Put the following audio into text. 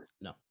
No